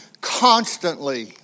constantly